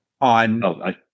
on